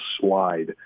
slide